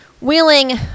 wheeling